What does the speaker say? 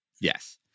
Yes